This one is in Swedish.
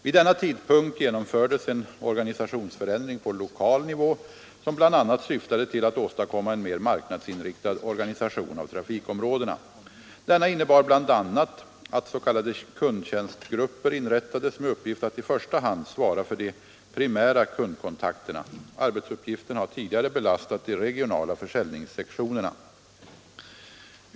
Vid denna tidpunkt genomfördes en organisationsförändring på lokal nivå, som bl.a. syftade till att åstadkomma en mer marknadsinriktad organisation av trafikområdena. Organisationsförändringen innebar bl.a. att s.k. kundtjänstgrupper inrättades, med uppgift att i första hand svara för de primära kundkontakterna. Arbetsuppgiften har tidigare belastat de regionala försäljningssektionerna.